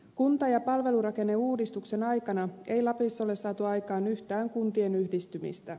kunta ja palvelurakenneuudistuksen aikana ei lapissa ole saatu aikaan yhtään kuntien yhdistymistä